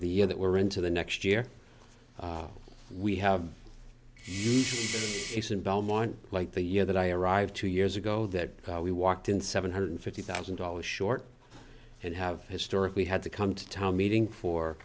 e that we're into the next year we have in belmont like the year that i arrived two years ago that we walked in seven hundred fifty thousand dollars short and have historically had to come to town meeting for